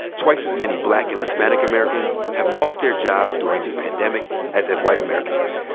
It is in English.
twice as many black and hispanic americans have lost their jobs during this pandemic as have white americans.